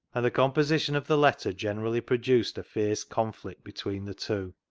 and the composition of the letter generally produced a fierce conflict between the two.